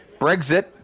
Brexit